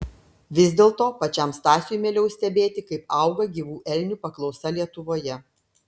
vis dėlto pačiam stasiui mieliau stebėti kaip auga gyvų elnių paklausa lietuvoje